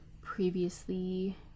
previously